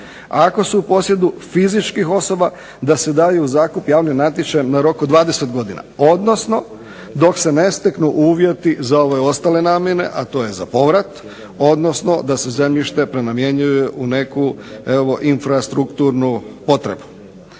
Ako su u posjedu fizičkih osoba da se daju u zakup javnim natječajem na rok od 20 godina, odnosno dok se ne steknu uvjeti za ove ostale namjene, a to je za povrat, odnosno da se zemljište prenamjenjuje u neku evo infrastrukturnu potrebu.